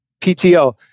PTO